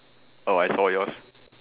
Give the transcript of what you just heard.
I saw yours